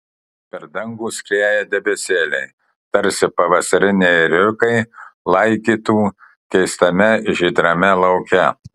per dangų skrieja debesėliai tarsi pavasariniai ėriukai laigytų keistame žydrame lauke